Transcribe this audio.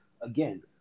again